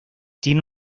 tiene